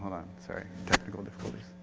i'm sorry. technical difficulty.